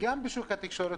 גם בשוק התקשורת.